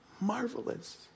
marvelous